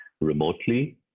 remotely